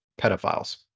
pedophiles